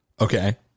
okay